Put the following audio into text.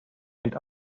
and